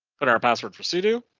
put our password for sudo.